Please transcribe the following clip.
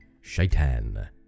Shaitan